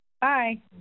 Bye